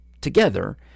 together